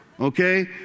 Okay